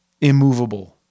immovable